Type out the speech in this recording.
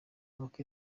inkoko